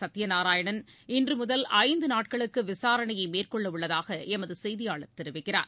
சத்தியநாராயணன் இன்றமுதல் ஐந்துநாட்களுக்குவிசாரணையைமேற்கொள்ளவுள்ளதாகளமதுசெய்தியாளர் தெரிவிக்கிறார்